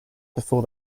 before